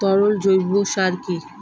তরল জৈব সার কি?